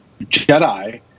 Jedi